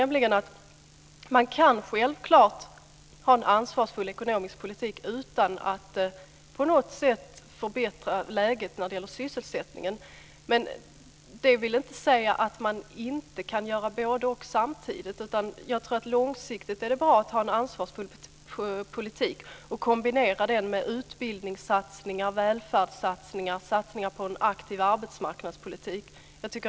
Man kan självfallet föra en ansvarsfull ekonomisk politik utan att på något sätt förbättra läget när det gäller sysselsättningen, men det vill inte säga att man inte kan göra både-och. Jag tror att det långsiktigt är bra att föra en ansvarsfull politik och kombinera den med utbildningssatsningar, välfärdssatsningar och satsningar på en aktiv arbetsmarknadspolitik.